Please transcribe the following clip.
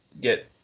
get